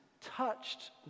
touched